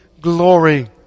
glory